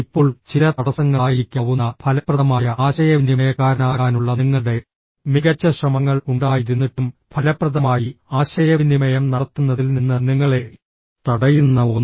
ഇപ്പോൾ ചില തടസ്സങ്ങളായിരിക്കാവുന്ന ഫലപ്രദമായ ആശയവിനിമയക്കാരനാകാനുള്ള നിങ്ങളുടെ മികച്ച ശ്രമങ്ങൾ ഉണ്ടായിരുന്നിട്ടും ഫലപ്രദമായി ആശയവിനിമയം നടത്തുന്നതിൽ നിന്ന് നിങ്ങളെ തടയുന്ന ഒന്ന്